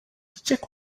check